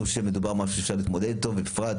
שמדובר במשהו שאפשר להתמודד איתו ולכן